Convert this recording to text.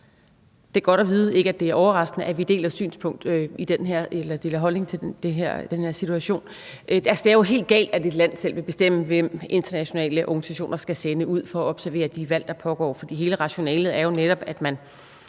Det er godt at vide, at vi ikke overraskende deler holdning til den her situation. Altså, det er jo helt galt, at et land selv vil bestemme, hvem internationale organisationer skal sende ud for at observere de valg, der pågår. For hele rationalet er jo netop, at man